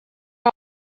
are